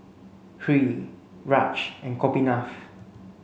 Hri Raj and Gopinath